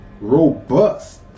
robust